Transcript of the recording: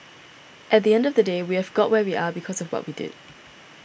at the end of the day we have got where we are because of what we did